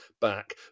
back